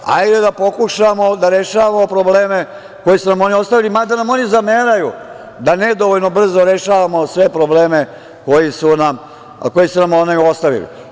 Hajde da pokušamo da rešavamo probleme koje su nam oni ostavili, mada nam oni zameraju da nedovoljno brzo rešavamo sve probleme koji su nam ostavili.